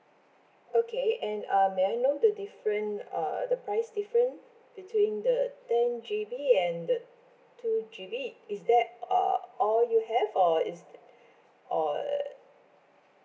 okay and uh may I know the different err the price different between the ten G_B and the two G_B is that uh all you have or is or